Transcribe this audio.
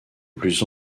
plus